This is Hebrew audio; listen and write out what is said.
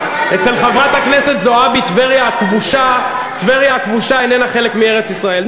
אצל חברת הכנסת זועבי טבריה הכבושה איננה חלק מארץ-ישראל.